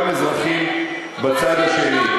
גם אזרחים בצד השני.